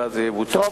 ויבוצעו.